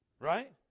Right